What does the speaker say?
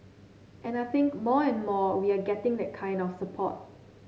and I think more and more we are getting that kind of support